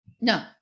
No